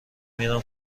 میرم